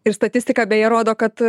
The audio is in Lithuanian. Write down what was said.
ir statistika beje rodo kad